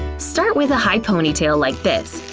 start with a high ponytail like this.